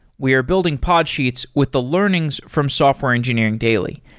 we are building podsheets with the learnings from software engineering daily,